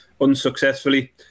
unsuccessfully